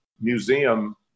museum